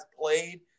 played